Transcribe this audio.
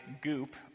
goop